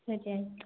ಸರಿ ಆಯಿತು